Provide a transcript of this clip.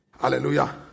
Hallelujah